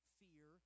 fear